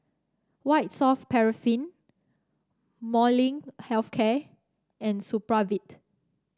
White Soft Paraffin Molnylcke Health Care and Supravit